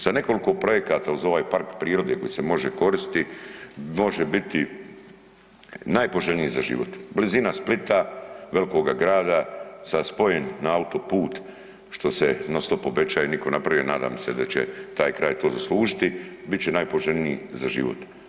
Sa nekoliko projekata uz ovaj park prirode koji se može koristiti može biti najpoželjniji za život, blizina Splita, velikoga grada sa spojem na autoput, što se non stop obećaje, niko napravio, nadam se da će taj kraj to zaslužiti, bit će najpoželjniji za život.